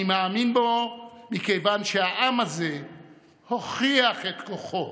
אני מאמין בו מכיוון שהעם הזה הוכיח את כוחו